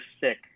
sick